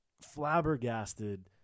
flabbergasted